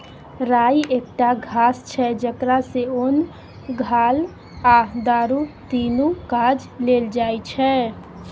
राइ एकटा घास छै जकरा सँ ओन, घाल आ दारु तीनु काज लेल जाइ छै